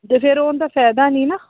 ਤਾਂ ਫਿਰ ਉਹ ਦਾ ਫਾਇਦਾ ਨਹੀਂ ਨਾ